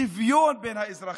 שוויון בין האזרחים,